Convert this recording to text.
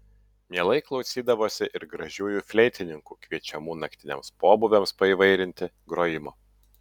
mielai klausydavosi ir gražiųjų fleitininkų kviečiamų naktiniams pobūviams paįvairinti grojimo